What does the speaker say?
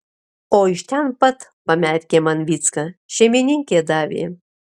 o iš ten pat pamerkė man vycka šeimininkė davė